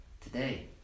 today